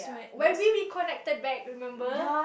where we we connected back remember